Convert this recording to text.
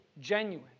genuine